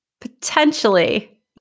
Potentially